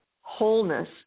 wholeness